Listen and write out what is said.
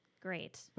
great